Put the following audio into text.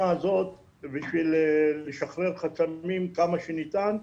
הזאת בשביל לשחרר חסמים כמה שניתן,